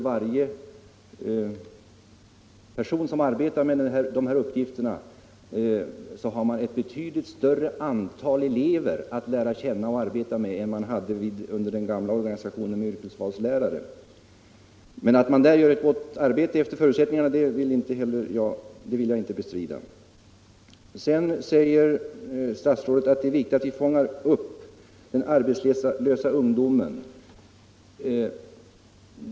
Varje person som arbetar med dessa uppgifter har ett betydligt större antal elever att lära känna och arbeta med än vad fallet var i den gamla organisationen med yrkesvalslärare. Men att man inom SYO-organisationen gör ett gott arbete efter de förutsättningar man har vill jag inte bestrida. Statsrådet säger vidare att det är viktigt att fånga upp den arbetslösa ungdomen.